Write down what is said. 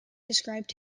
described